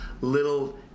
little